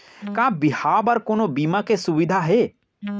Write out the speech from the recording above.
का बिहाव बर कोनो बीमा के सुविधा हे?